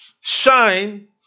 shine